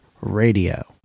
Radio